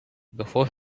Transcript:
before